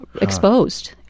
exposed